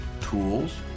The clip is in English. tools